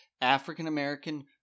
African-American